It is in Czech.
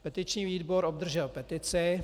Petiční výbor obdržel petici.